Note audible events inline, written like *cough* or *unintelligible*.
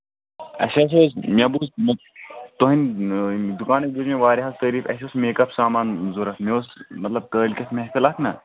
اَسہِ ہَسا ٲسۍ *unintelligible* تُہٕنٛدۍ دُکانٕکۍ بوٗزۍ مےٚ واریاہ تٲریٖف اَسہِ اوس میک اَپ سامان ضوٚرتھ مےٚ اوس مطلب کٲلۍکٮ۪تھ محفِل اَکھ نہ